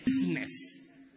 business